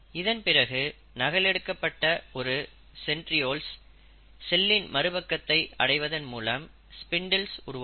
இதன் பிறகு நகல் எடுக்கப்பட்ட இரு சென்ட்ரியோல்ஸ் செல்லின் மறுபக்கத்தை அடைவதன் மூலம் ஸ்பிண்டில்ஸ் உருவாகும்